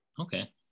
Okay